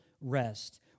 rest